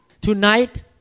Tonight